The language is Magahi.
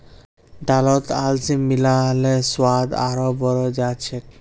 दालत अलसी मिला ल स्वाद आरोह बढ़ जा छेक